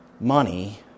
money